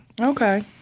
Okay